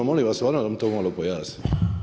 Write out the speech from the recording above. Molim vas stvarno da mi to malo pojasnite.